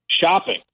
shopping